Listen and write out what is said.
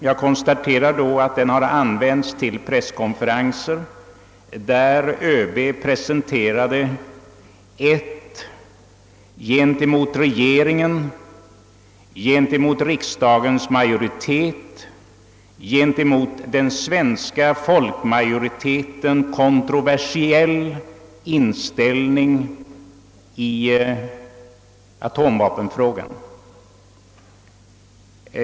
Jag konstaterar att gåvomedlen har använts för att finansiera presskonferenser där ÖB framlade en från regeringens mening, från riksdagsmajoritetens mening och från svenska folkets mening avvikande inställning i atomvapenfrågan.